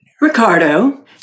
Ricardo